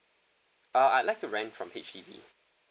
uh I'd like to rent from H_D_B